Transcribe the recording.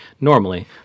normally